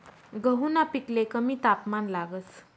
गहूना पिकले कमी तापमान लागस